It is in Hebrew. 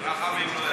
רחמים לא ידע.